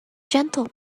gentle